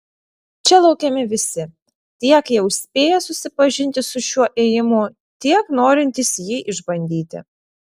čia laukiami visi tiek jau spėję susipažinti su šiuo ėjimu tiek norintys jį išbandyti